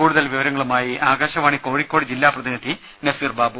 കൂടുതൽ വിവരങ്ങളുമായി ആകാശവാണി കോഴിക്കോട് ജില്ലാ പ്രതിനിധി നസീർ ബാബു